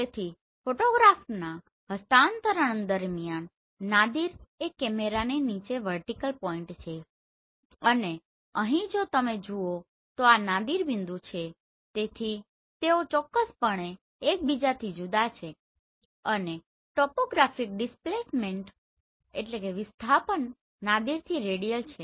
તેથી ફોટોગ્રાફ્સના હસ્તાંતરણ દરમિયાન નાદિર એ કેમેરાની નીચે વર્ટીકલ પોઈન્ટ છે અને અહીં જો તમે જુઓ તો આ નાદિર બિંદુ છે તેથી તેઓ ચોક્કસપણે એકબીજાથી જુદા છે અને ટોપોગ્રાફિક ડિસ્પ્લેસમેન્ટ નાદિરથી રેડિયલ છે